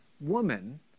woman